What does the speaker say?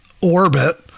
orbit